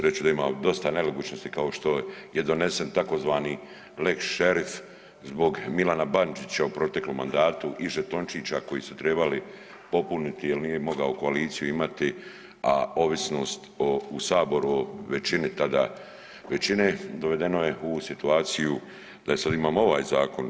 Reći ću da ima dosta nelogičnosti kao što je donesen tzv. Lex šerif zbog Milana Bandića u proteklom mandatu i žetončića koji su trebali popuniti jer nije mogao koaliciju imati, a ovisnost u Saboru o većini tada većine dovedeno je u situaciju da sada imamo ovaj zakon.